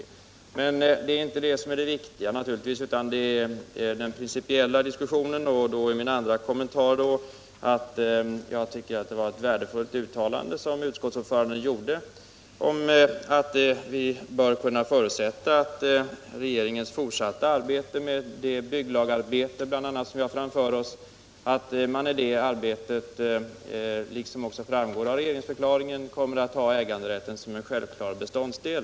Men det är naturligtvis inte detta som är det viktiga utan den principiella diskussionen. Därför vill jag som min andra kommentar säga att det var ett värdefullt uttalande som utskottets ordförande gjorde, att vi bör kunna förutsätta att regeringens fortsatta handläggning av bl.a. det bygglagarbete som ligger framför oss kommer att — vilket också framgår av regeringsdeklarationen — ha äganderätten som en självklar beståndsdel.